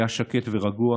היה שקט ורגוע